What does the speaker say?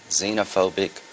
xenophobic